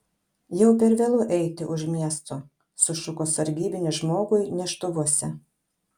jau per vėlu eiti už miesto sušuko sargybinis žmogui neštuvuose